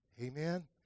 Amen